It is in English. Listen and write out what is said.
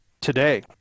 today